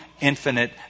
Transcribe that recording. infinite